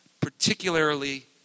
particularly